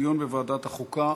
לוועדת חוקה,